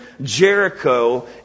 Jericho